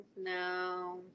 no